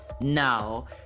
now